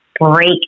break